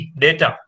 data